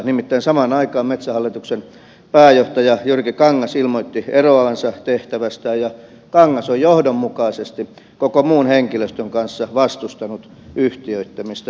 nimittäin samaan aikain metsähallituksen pääjohtaja jyrki kangas ilmoitti eroavansa tehtävästään ja kangas on johdonmukaisesti koko muun henkilöstön kanssa vastustanut yhtiöittämistä